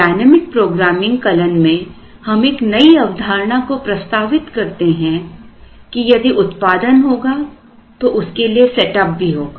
dynamic programming कलन में हम एक नई अवधारणा को प्रस्तावित करते हैं कि यदि उत्पादन होगा तो उसके लिए सेटअप भी होगा